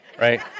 right